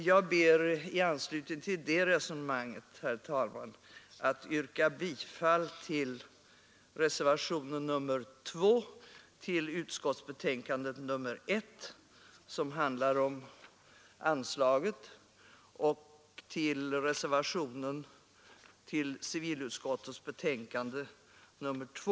Jag ber i anslutning till detta resonemang, herr talman, att få yrka bifall till reservationen 2 vid utskottets betänkande nr 1, vilken avser anslaget, och dessutom till reservationen vid civilutskottets betänkande nr 2.